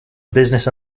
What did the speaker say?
business